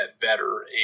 better